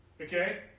Okay